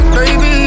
Baby